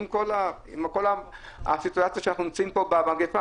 עם כל הסיטואציה שאנחנו נמצאים פה במגפה.